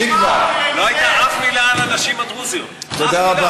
חבר הכנסת פרוש, תם זמנך.